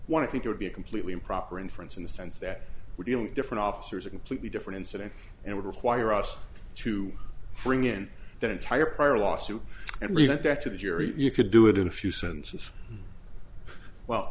to think it would be a completely improper inference in the sense that we're dealing with different officers a completely different incident and would require us to bring in that entire prior lawsuit and relate that to the jury you could do it in a few sentences well